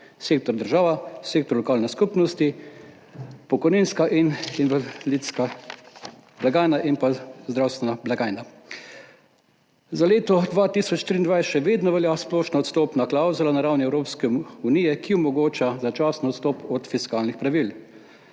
sektor država, sektor lokalne skupnosti, pokojninska in invalidska blagajna ter zdravstvena blagajna. Za leto 2023 še vedno velja splošna odstopna klavzula na ravni Evropske unije, ki omogoča začasen odstop od fiskalnih pravil.